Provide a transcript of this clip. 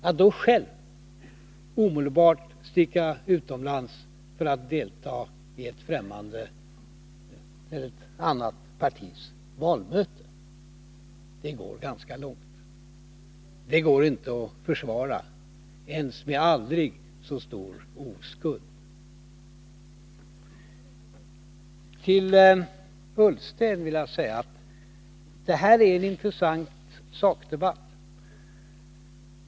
Att då själv omedelbart sticka utomlands för att delta i ett annat partis valmöte går ganska långt. Det går inte att försvara ens med aldrig så stor oskuld. Till Ola Ullsten vill jag säga: Det här är en intressant sakdebatt.